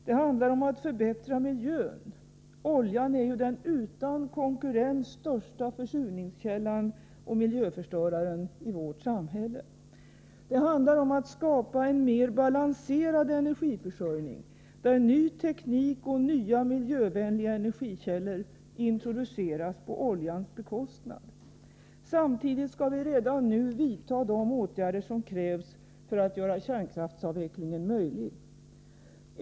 Det är fråga om att förbättra miljön — oljan är ju den utan konkurrens största försurningskällan och miljöförstöraren i vårt samhälle. Det handlar vidare om att skapa en mer balanserad energiförsörjning där ny teknik och nya, miljövänliga energikällor introduceras på oljans bekostnad. Samtidigt skall vi redan nu vidta de åtgärder som krävs för att göra kärnkraftsavvecklingen möjlig.